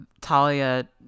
Talia